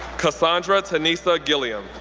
cassandra teneisa gilliam,